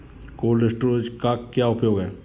Cold storage का क्या उपयोग है?